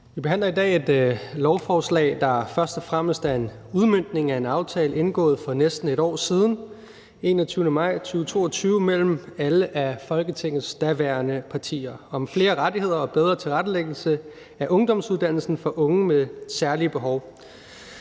Vi behandler i dag et lovforslag, der først og fremmest er en udmøntning af en aftale indgået for næsten et år siden, den 21. maj 2022, mellem alle af Folketingets daværende partier om flere rettigheder og bedre tilrettelæggelse af ungdomsuddannelsen for unge med særlige behov.